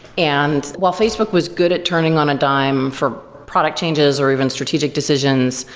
and while facebook was good at turning on a dime for product changes, or even strategic decisions,